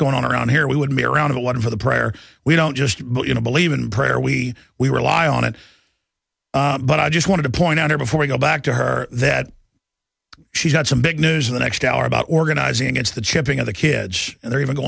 going on around here we would be around to water for the prayer we don't just but you know believe in prayer we we rely on it but i just want to point out her before i go back to her that she's got some big news in the next hour about organizing it's the chipping of the kids and they're even go